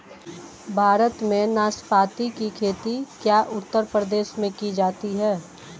भारत में नाशपाती की खेती क्या उत्तर प्रदेश में की जा सकती है?